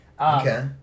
Okay